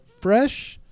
Fresh